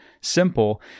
simple